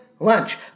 Lunch